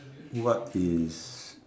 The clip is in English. what is